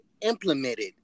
implemented